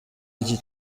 iki